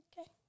Okay